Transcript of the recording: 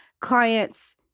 clients